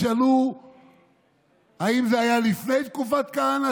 ישאלו האם זה היה לפני תקופת כהנא,